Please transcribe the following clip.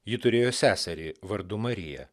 ji turėjo seserį vardu marija